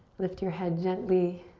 lift your head gently.